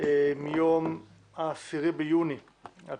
מיום ה-10 ביוני 2019,